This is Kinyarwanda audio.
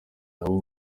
nabo